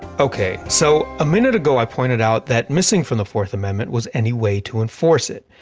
okay, so a minute ago i pointed out that missing from the fourth amendment was any way to enforce it.